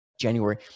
January